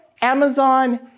Amazon